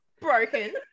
Broken